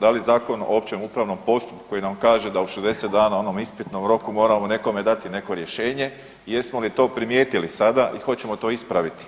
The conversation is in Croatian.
Da li Zakon o općem upravnom postupku koji nam kaže da u 60 dana onom ispitnom roku moramo nekome dati neko rješenje, jesmo li to primijetili sada i hoćemo to ispraviti